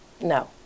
No